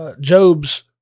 Job's